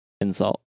insult